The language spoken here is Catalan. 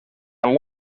amb